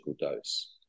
dose